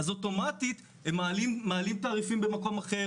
אוטומטית הם מעלים תעריפים במקום אחר